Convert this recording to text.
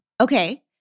Okay